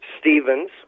Stevens